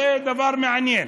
זה דבר מעניין.